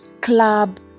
club